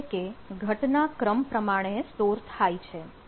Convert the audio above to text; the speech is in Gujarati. એટલે કે ઘટનાક્રમ પ્રમાણે સ્ટોર થાય છે